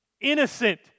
innocent